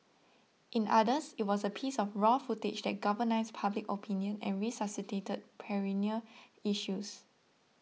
in others it was a piece of raw footage that galvanised public opinion and resuscitated perennial issues